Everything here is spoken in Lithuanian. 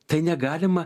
tai negalima